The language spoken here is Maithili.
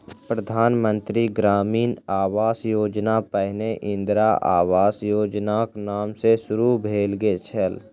प्रधान मंत्री ग्रामीण आवास योजना पहिने इंदिरा आवास योजनाक नाम सॅ शुरू भेल छल